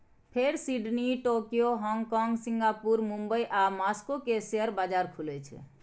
फेर Sydney, Tokyo, Hong Kong, Singapore, Mumbai आ Moscow के शेयर बाजार खुलै छै